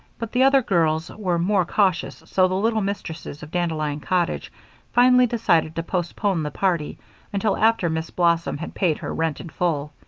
but the other girls were more cautious, so the little mistresses of dandelion cottage finally decided to postpone the party until after miss blossom had paid her rent in full.